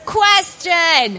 question